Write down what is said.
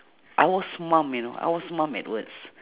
I was mum you know I was mum at words